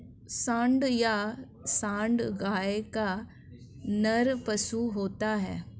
सांड या साँड़ गाय का नर पशु होता है